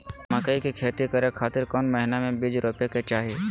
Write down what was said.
मकई के खेती करें खातिर कौन महीना में बीज रोपे के चाही?